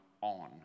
on